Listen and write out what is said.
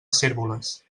cérvoles